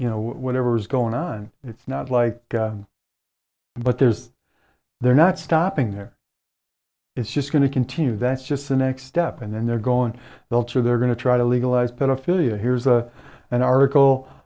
you know whatever's going on it's not like but there's they're not stopping there it's just going to continue that's just the next step and then they're gone they'll to they're going to try to legalize pedophilia here's a an article